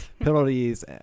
penalties